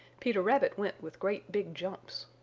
peter rabbit went with great big jumps.